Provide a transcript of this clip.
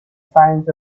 signs